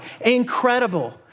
Incredible